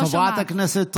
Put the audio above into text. חברת הכנסת רוזין,